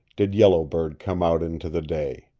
did yellow bird come out into the day.